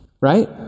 right